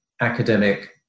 academic